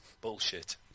bullshit